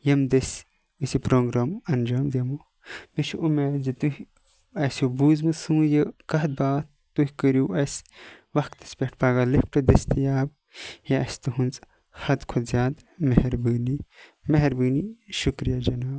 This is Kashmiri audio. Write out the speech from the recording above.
ییٚمہِ دٔسۍ أسۍ یہِ پروگرام اَنجام دِمو مےٚ چھِ امید زِ تُہۍ اَسیو بوزمٕژ سٲنۍ یہِ کَتھ باتھ تُہۍ کٔرِو اَسہِ وَقتَس پیٚٹھ پَگاہ لِفٹ دستِیاب یہِ آسہِ تُہٕنٛز حَد کھۄتہٕ زیاد مہربٲنی مہربٲنی شُکریہ جِناب